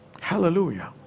Hallelujah